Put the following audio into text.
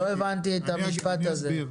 לא הבנתי את המשפט הזה.